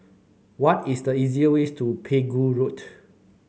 what is the easier ways to Pegu Road